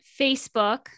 Facebook